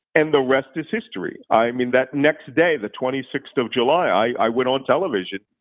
and the rest is history. i mean, that next day the twenty sixth of july, i went on television.